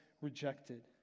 rejected